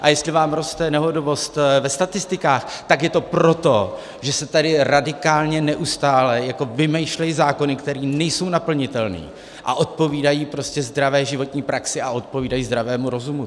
A jestli vám roste nehodovost ve statistikách, tak je to proto, že se tady radikálně neustále vymýšlejí zákony, které nejsou naplnitelné a odpovídají (?) prostě zdravé životní praxi a odpovídají (?) zdravému rozumu.